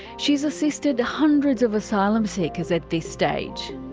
she's assisted hundreds of asylum seekers at this stage.